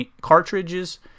Cartridges